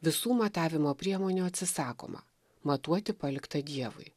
visų matavimo priemonių atsisakoma matuoti palikta dievui